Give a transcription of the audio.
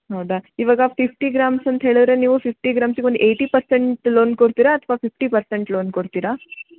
ಹೌದಾ ಇವಾಗ fifty grams ಅಂತ್ಹೇಳಿದ್ರೆ ನೀವು ಫಿಫ್ಟಿ ಗ್ರಾಮ್ಸಿಗೊಂದ್ ಏಯ್ಟಿ ಪರ್ಸೆಂಟ್ ಲೋನ್ ಕೊಡ್ತೀರಾ ಅಥ್ವಾ ಫಿಫ್ಟಿ ಪರ್ಸೆಂಟ್ ಲೋನ್ ಕೊಡ್ತೀರಾ